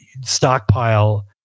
stockpile